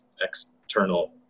external